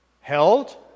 held